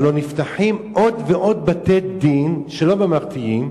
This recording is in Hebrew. הלוא נפתחים עוד ועוד בתי-דין, לא ממלכתיים,